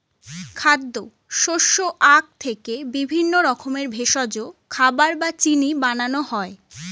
খাদ্য, শস্য, আখ থেকে বিভিন্ন রকমের ভেষজ, খাবার বা চিনি বানানো হয়